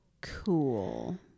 Cool